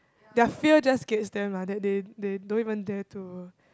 their fear just gets them lah they they they don't even dare to